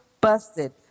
busted